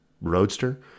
roadster